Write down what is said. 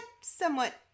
somewhat